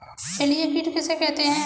जलीय कीट किसे कहते हैं?